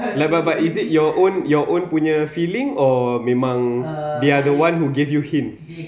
ya but is it your own your own punya feeling or memang they are the one who gave you hints